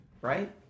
right